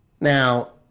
Now